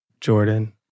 Jordan